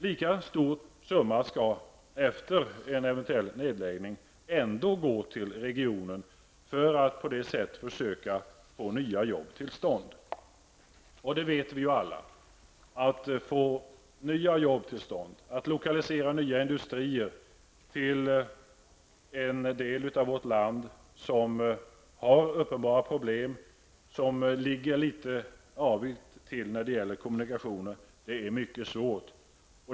Lika stor summa skall efter en eventuell nedläggning ändå gå till regionen för att på det sättet få försöka nya arbeten till stånd. Vi vet alla att det är mycket svårt att få nya arbeten till stånd, att lokalisera nya industrier till en del av vårt land som har uppenbara problem och som ligger litet avigt till när det gäller kommunikationer.